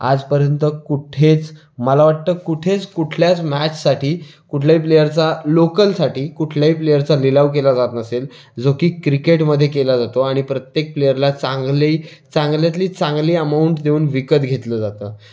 आजपर्यंत कुठेच मला वाटतं कुठेच कुठल्याच मॅचसाठी कुठल्याही प्लेअरचा लोकलसाठी कुठल्याही प्लेअरचा लिलाव केला जात नसेल जो की क्रिकेटमध्ये केला जातो आणि प्रत्येक प्लेअरला चांगली चांगल्यातली चांगली अमाऊंट देऊन विकत घेतलं जातं